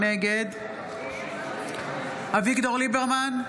נגד אביגדור ליברמן,